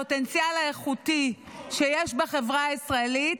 הפוטנציאל האיכותי שיש בחברה הישראלית,